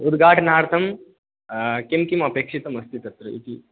उद्घाटनार्थं किं किम् अपेक्षितम् अस्ति तत्र इति